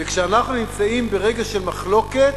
וכשאנחנו נמצאים ברגע של מחלוקת